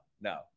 no